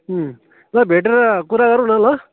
ल भेटेर कुरा गरौँ न ल